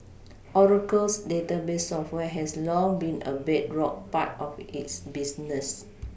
Oracle's database software has long been a bedrock part of its business